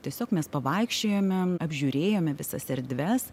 tiesiog mes pavaikščiojome apžiūrėjome visas erdves